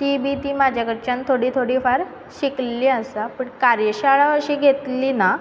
ती बी ती म्हाजे कडच्यान थोडी थोडी फार शिकिल्ली आसा पूण कार्यशाळा अशी घेतली ना